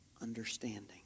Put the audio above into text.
understanding